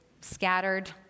scattered